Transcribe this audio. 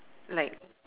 like